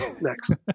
Next